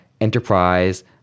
Enterprise